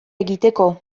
egiteko